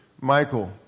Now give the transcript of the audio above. Michael